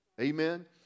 Amen